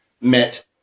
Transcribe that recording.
met